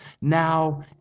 now